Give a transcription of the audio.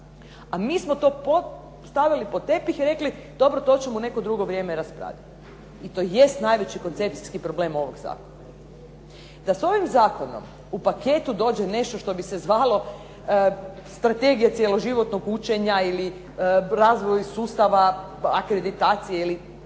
A mi smo to stavili pod tepih i rekli to ćemo u drugo vrijeme raspravljati i to jest koncepcijski problem ovog Zakona. Da s ovim Zakonom u paketu dođe nešto što bi se zvala Strategija cjelo životnog učenja ili razvoj sustava akreditacije nešto